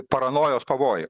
paranojos pavojų